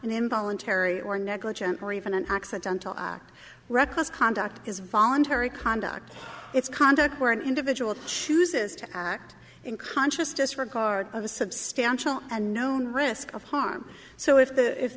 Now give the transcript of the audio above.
involuntary or negligent or even an accidental act reckless conduct is voluntary conduct its conduct where an individual chooses to act in conscious disregard of a substantial and known risk of harm so if the if